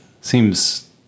seems